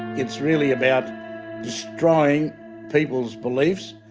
it's really about destroying people's beliefs.